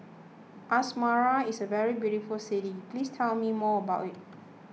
Asmara is a very beautiful city please tell me more about it